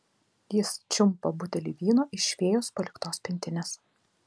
jis čiumpa butelį vyno iš fėjos paliktos pintinės